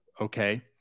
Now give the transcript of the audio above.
okay